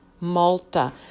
Malta